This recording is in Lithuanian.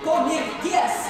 po mirties